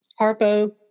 Harpo